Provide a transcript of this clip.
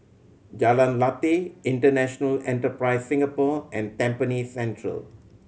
Jalan Lateh International Enterprise Singapore and Tampines Central